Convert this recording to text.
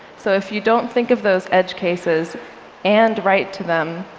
so if you don't think of those edge cases and write to them,